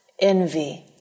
envy